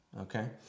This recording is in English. Okay